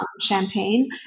Champagne